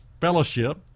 fellowship